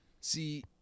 See